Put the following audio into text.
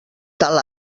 tal